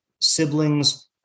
sibling's